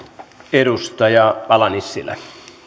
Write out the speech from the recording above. edustaja ala nissilä